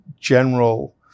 general